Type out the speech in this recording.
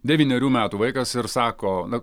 devynerių metų vaikas ir sako na